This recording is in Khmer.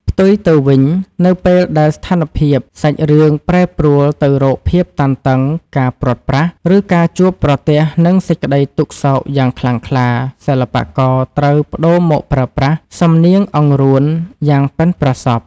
ផ្ទុយទៅវិញ នៅពេលដែលស្ថានភាពសាច់រឿងប្រែប្រួលទៅរកភាពតានតឹង ការព្រាត់ប្រាស ឬការជួបប្រទះនឹងសេចក្តីទុក្ខសោកយ៉ាងខ្លាំងក្លា សិល្បករត្រូវប្តូរមកប្រើប្រាស់ សំនៀងអង្រួន យ៉ាងប៉ិនប្រសប់។